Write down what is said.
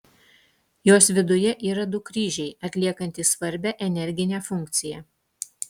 jos viduje yra du kryžiai atliekantys svarbią energinę funkciją